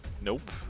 Nope